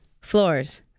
Floors